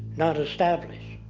not established.